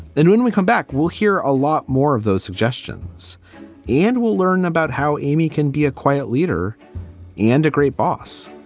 and when we come back, we'll hear a lot more of those suggestions and we'll learn about how amy can be a quiet leader and a great boss